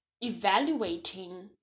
evaluating